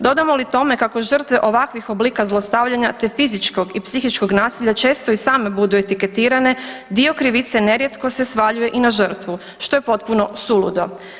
Dodamo li tome kako žrtve ovakvih oblika zlostavljanja te fizičkog i psihičkog nasilja često i same budu etiketirane dio krivice nerijetko se svaljuje i na žrtvu što je potpuno suludo.